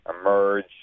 emerge